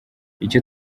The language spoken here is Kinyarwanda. icyo